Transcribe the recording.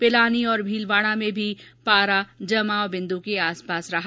पिलानी और भीलवाड़ा में भी पारा जमाव विन्दु के आस पास रहा